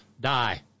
Die